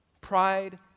Pride